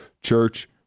church